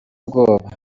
ubwoba